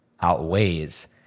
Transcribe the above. outweighs